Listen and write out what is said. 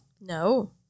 No